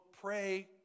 pray